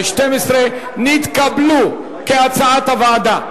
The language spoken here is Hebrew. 12 נתקבלו כהצעת הוועדה.